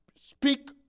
speak